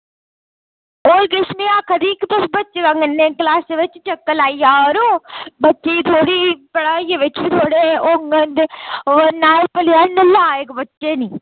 होर में किश आक्खा दी ही तुस बच्चें दा बिच क्लॉसै ई कदें चक्कर लाई आवा करो ते बच्चे बी थोह्ड़े पढ़ाई बिच होङन ते नेईं तां ओह् नालायक बच्चे नी